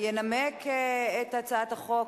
ינמק את הצעת החוק,